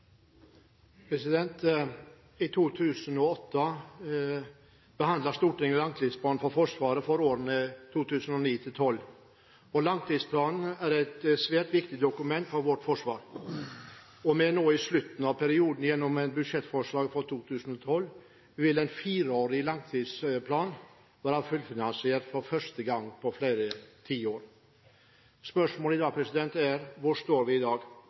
et svært viktig dokument for vårt forsvar. Vi er nå i slutten av perioden, og gjennom budsjettforslaget for 2012 vil en fireårig langtidsplan være fullfinansiert for første gang på flere tiår. Spørsmålet er da: Hvor står vi i dag? Etter tre langtidsplaner med stadig bedre måloppnåelse er omstillingen fra et tradisjonelt mobiliseringsforsvar til et moderne innsatsforsvar gjennomført. Vi